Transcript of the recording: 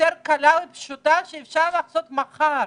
וקלה שאפשר לעשות מחר.